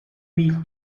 mille